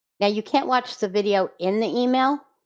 now you can't watch the video in the email.